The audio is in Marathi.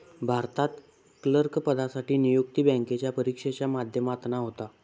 भारतात क्लर्क पदासाठी नियुक्ती बॅन्केच्या परिक्षेच्या माध्यमातना होता